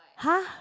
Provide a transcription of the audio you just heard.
!huh!